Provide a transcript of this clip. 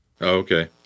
Okay